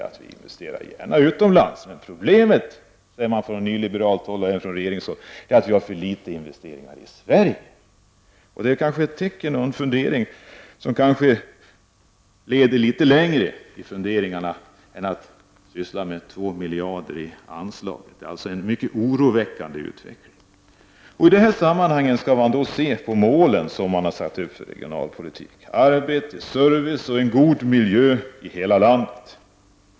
Man investerar gärna utomlands, men problemet är att det investeras för litet i Sverige. Det är kanske ett tecken som leder till att funderingarna går litet längre än att gälla två miljarder i anslag. Utvecklingen är alltså mycket oroväckande. I det sammanhanget skall man se på de mål som har satts upp för regionalpolitiken: arbete, service och en god miljö i hela landet.